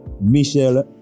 Michelle